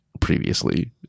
previously